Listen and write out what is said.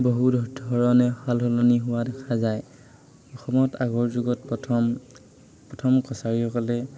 বহু ধৰণে সাল সলনি হোৱা দেখা যায় অসমত আগৰ যুগত প্ৰথম প্ৰথম কছাৰীসকলে